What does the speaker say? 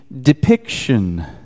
depiction